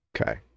Okay